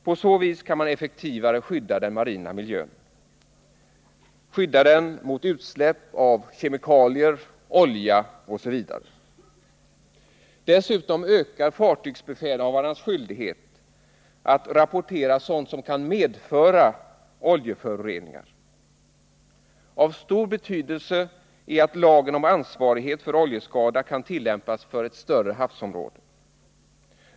På så vis kan man effektivare skydda den marina miljön mot utsläpp av kemikalier, olja osv. Dessutom ökar fartygsbefälhavarnas skyldighet att rapportera sådant som kan medföra oljeföroreningar. Av stor betydelse är att lagen om ansvarighet för oljeskada kan tillämpas för ett större havsområde.